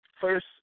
First